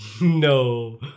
No